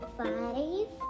five